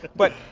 but but,